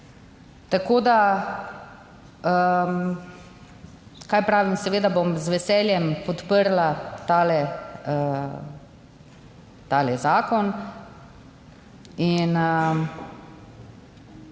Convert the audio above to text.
Tako da, kaj pravim. Seveda bom z veseljem podprla ta, ta zakon in